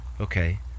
okay